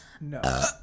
No